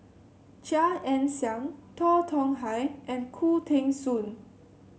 Chia Ann Siang Tan Tong Hye and Khoo Teng Soon